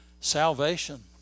salvation